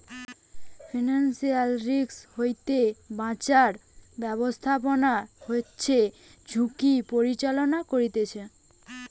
financial risk হইতে বাঁচার ব্যাবস্থাপনা হচ্ছে ঝুঁকির পরিচালনা করতিছে